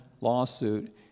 lawsuit